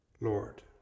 Lord